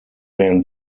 werden